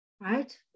right